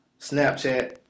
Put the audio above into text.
Snapchat